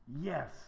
yes